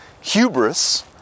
hubris